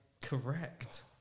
Correct